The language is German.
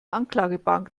anklagebank